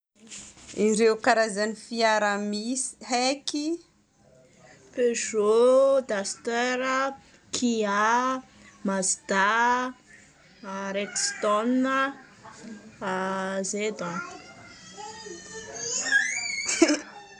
Ireo karazan'ny fiara misy haiky: Peugeot, duster, kia, mazda, rexton, aah zay donko.